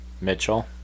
Mitchell